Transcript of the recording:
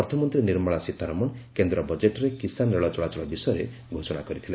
ଅର୍ଥମନ୍ତ୍ରୀ ନିର୍ମଳା ସୀତାରମଣ କେନ୍ଦ୍ର ବଜେଟ୍ରେ କିଷାନ ରେଳ ଚଳାଚଳ ବିଷୟରେ ଘୋଷଣା କରିଥିଲେ